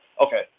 okay